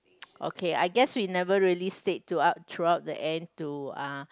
okay I guess we never really stayed throughout throughout the end to uh